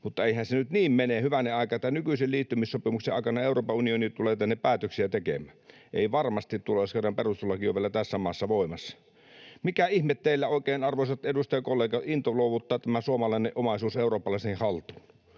Mutta eihän se nyt niin mene, hyvänen aika, että nykyisen liittymissopimuksen aikana Euroopan unioni tulee tänne päätöksiä tekemään. Ei varmasti tule, jos kerran perustuslaki on vielä tässä maassa voimassa. Mikä ihme into teillä oikein on, arvoisat edustajakollegat, luovuttaa suomalainen omaisuus eurooppalaiseen haltuun?